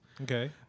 Okay